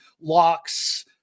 locks